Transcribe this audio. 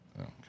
Okay